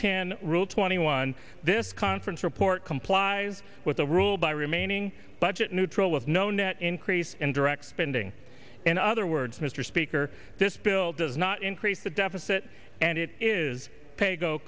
ten rule twenty one this conference report complies with the rule by remaining budget neutral of no net increase in direct spending in other words mr speaker this bill does not increase the deficit and it is paygo